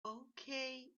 okay